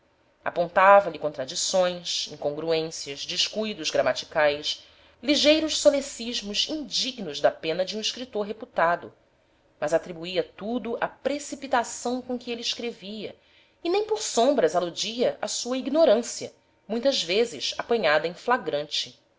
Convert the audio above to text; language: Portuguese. defeitos apontava-lhe contradições incongruências descuidos gramaticais ligeiros solecismos indignos da pena de um escritor reputado mas atribuía tudo à precipitação com que ele escrevia e nem por sombras aludia à sua ignorância muitas vezes apanhada em flagrante